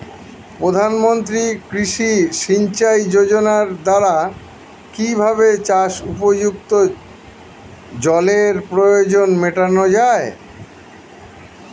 প্রধানমন্ত্রী কৃষি সিঞ্চাই যোজনার দ্বারা কিভাবে চাষ উপযুক্ত জলের প্রয়োজন মেটানো য়ায়?